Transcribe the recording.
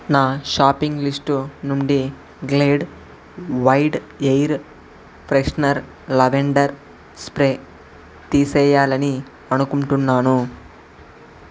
నా shopping list నుండి Glade wide air freshener lavender spray తీసేయాలి అని అనుకుంటున్నాను